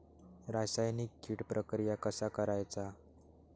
रासायनिक कीड प्रक्रिया कसा करायचा?